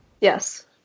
Yes